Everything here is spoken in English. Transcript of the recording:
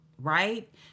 right